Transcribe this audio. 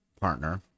partner